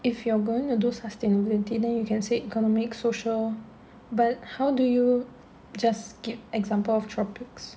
if you're going to do sustainability then you can say economic social but how do you just skip example of tropics